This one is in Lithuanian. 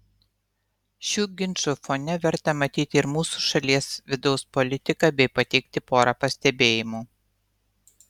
šių ginčų fone verta matyti ir mūsų šalies vidaus politiką bei pateikti porą pastebėjimų